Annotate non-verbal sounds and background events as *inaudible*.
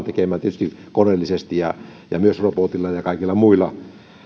*unintelligible* tekemään tietysti koneellisesti robotilla ja kaikilla muilla